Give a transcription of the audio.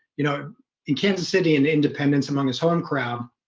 you know in kansas city and independence among his home crowd